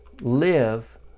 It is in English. live